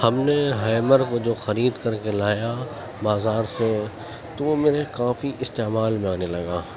ہم نے ہیمر کو جو خرید کر کے لایا بازار سے تو وہ میرے کافی استعمال میں آنے لگا